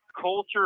culture